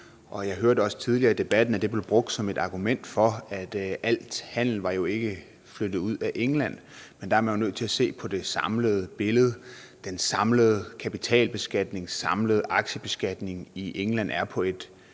Jeg hørte også tidligere i debatten, at det blev brugt som argument for, at al handel ikke er flyttet ud af England. Men man er nødt til at se på det samlede billede, den samlede kapitalbeskatning. Den samlede aktiebeskatning i England er på et